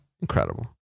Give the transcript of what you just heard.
Incredible